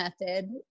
method